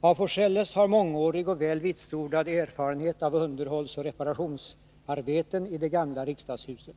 Olof af Forselles har mångårig och väl vitsordad erfarenhet av underhållsoch reparationsarbeten i det gamla riksdagshuset.